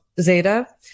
Zeta